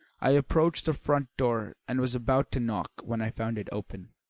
i approached the front door and was about to knock when i found it open.